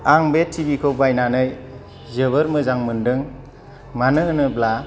आं बे T V खौ बायनानै जोबोर मोजां मोनदों मानो होनोब्ला